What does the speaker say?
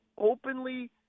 openly